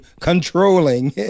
controlling